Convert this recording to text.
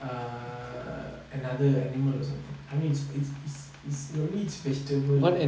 err another animal or something I mean it's it's it's it only eats vegetables